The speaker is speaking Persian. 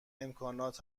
امکانات